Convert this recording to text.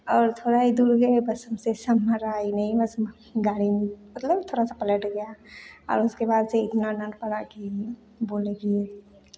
और थोड़ा ही दूर गए बस हमसे ही नहीं बस गाड़ी मतलब हम थोड़ा सा पलट गया और उसके बाद से इतना डांट पड़ा कि बोले कि